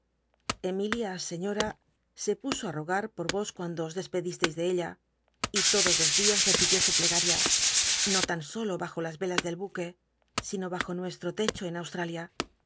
emilia señora se puso á rogar por os cuando os despedisteis de ella y todos los dias repitió su plegada no tan solo bajo las velas del buque sino bajo nuestro techo en austmlia